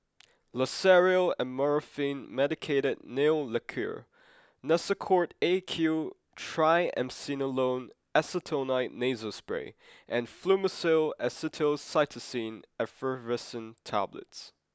Loceryl Amorolfine Medicated Nail Lacquer Nasacort A Q Triamcinolone Acetonide Nasal Spray and Fluimucil Acetylcysteine Effervescent Tablets